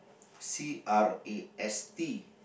C R A S T